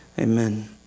amen